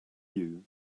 you